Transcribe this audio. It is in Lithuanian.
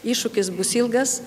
iššūkis bus ilgas